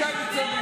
תענה לי.